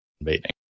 invading